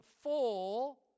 full